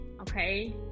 Okay